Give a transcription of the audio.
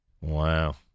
Wow